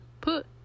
put